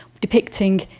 depicting